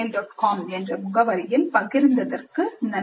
com என்ற முகவரியில் பகிர்ந்ததற்கு நன்றி